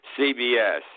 CBS